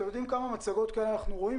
אתם יודעים כמה מצגות כאלה אנחנו רואים?